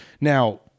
Now